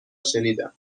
شنیدم